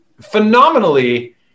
phenomenally